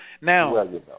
Now